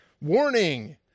Warning